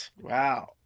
Wow